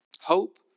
Hope